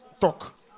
talk